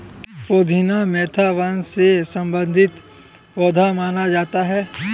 पुदीना मेंथा वंश से संबंधित पौधा माना जाता है